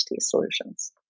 solutions